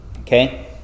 Okay